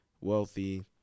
Wealthy